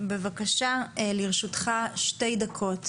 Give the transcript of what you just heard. בבקשה לרשותך שתי דקות